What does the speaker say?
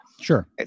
Sure